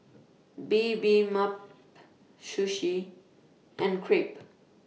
Bibimbap Sushi and Crepe